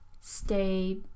stay